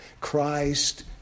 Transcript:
Christ